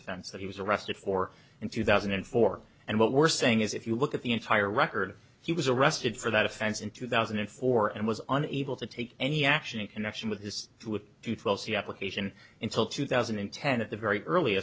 offense that he was arrested for in two thousand and four and what we're saying is if you look at the entire record he was arrested for that offense in two thousand and four and was unable to take any action in connection with this to false the application until two thousand and ten at the very earl